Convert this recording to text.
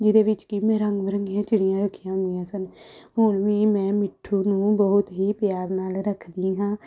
ਜਿਹਦੇ ਵਿੱਚ ਕਿ ਮੈਂ ਰੰਗ ਬਰੰਗੀਆਂ ਚਿੜੀਆਂ ਰੱਖੀਆਂ ਹੁੰਦੀਆਂ ਸਨ ਹੁਣ ਵੀ ਮੈਂ ਮਿੱਠੂ ਨੂੰ ਬਹੁਤ ਹੀ ਪਿਆਰ ਨਾਲ ਰੱਖਦੀ ਹਾਂ